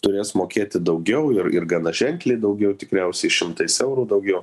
turės mokėti daugiau ir ir gana ženkliai daugiau tikriausiai šimtais eurų daugiau